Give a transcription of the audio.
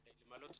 כדי למלא,